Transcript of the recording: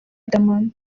riderman